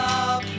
up